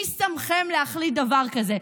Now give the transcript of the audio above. מי שמכם להחליט דבר כזה?